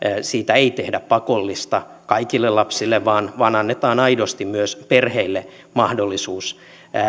siitä ei tehdä pakollista kaikille lapsille vaan vaan annetaan aidosti myös perheille mahdollisuus